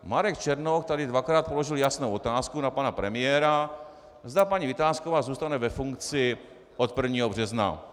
Marek Černoch tady dvakrát položil jasnou otázku na pana premiéra, zda paní Vitásková zůstane ve funkci od 1. března.